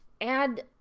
Add